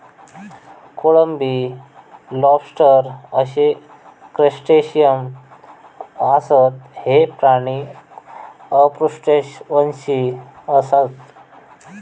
कोळंबी, लॉबस्टर अशी क्रस्टेशियन आसत, हे प्राणी अपृष्ठवंशी आसत